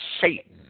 Satan